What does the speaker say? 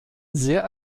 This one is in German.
sehr